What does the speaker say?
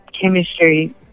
chemistry